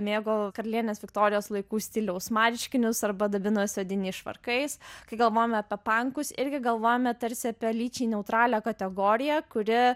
mėgo karalienės viktorijos laikų stiliaus marškinius arba dabinosi odiniais švarkais kai galvojame apie pankus irgi galvojame tarsi apie lyčiai neutralią kategoriją kuri